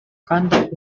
conduct